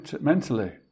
mentally